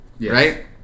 right